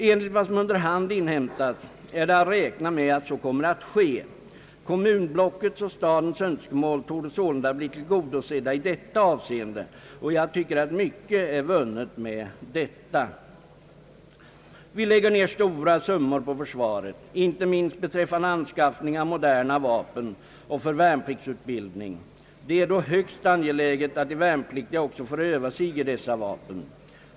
Enligt vad som under hand inhämtats, är det att räkna med att så kommer att ske. Kommunblockets och stadens önskemål torde sålunda bli tillgodosedda i detta avseende, och jag tycker att mycket är vunnet med detta. Vi lägger ner stora summor på försvaret, inte minst beträffande anskaffning av moderna vapen och för värnpliktsutbildning. Det är då högst angeläget att de värnpliktiga också får öva sig med dessa vapen.